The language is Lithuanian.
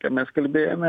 ką mes kalbėjome